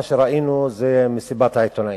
מה שראינו זה מסיבת העיתונאים.